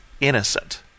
innocent